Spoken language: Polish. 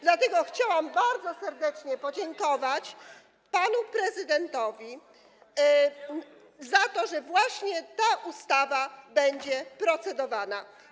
Dlatego chciałam bardzo serdecznie podziękować panu prezydentowi za to, że właśnie ta ustawa będzie procedowana.